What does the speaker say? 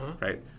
right